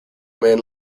man